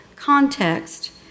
context